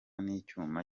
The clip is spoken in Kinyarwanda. n’icyuma